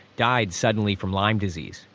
died suddenly from lyme disease.